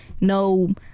no